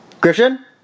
Christian